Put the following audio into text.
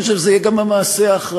אני חושב שזה יהיה גם המעשה האחראי,